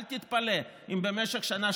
אל תתפלא אם במשך שנה,